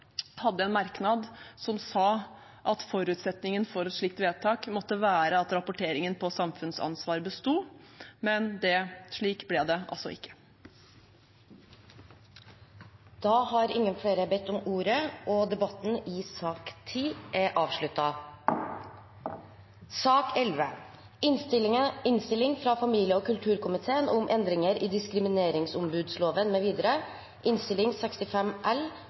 hadde en merknad som sa at forutsetningen for et slikt vedtak måtte være at rapporteringen på samfunnsansvar besto. Men slik ble det altså ikke. Flere har ikke bedt om ordet til sak nr. 10. På vegne av saksordføreren, Silje Hjemdal, vil jeg først takke komiteen for å ha jobbet raskt og effektivt med denne saken. Regjeringen mener i denne saken at enkelte forhold ved lov om